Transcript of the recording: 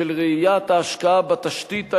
של ראיית ההשקעה בתשתית האנושית,